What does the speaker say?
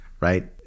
Right